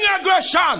Aggression